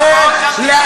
גם את זה אנחנו רוצים.